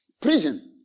Prison